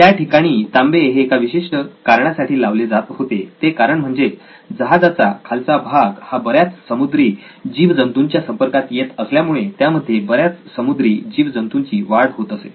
त्या ठिकाणी तांबे हे एका विशिष्ट कारणासाठी लावले जात होते ते कारण म्हणजे जहाजाचा खालचा भाग हा बऱ्याच समुद्री जीवजंतूंच्या संपर्कात येत असल्यामुळे त्यामध्ये बऱ्याच समुद्री जीवजंतूंची वाढ होत असे